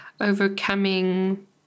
Overcoming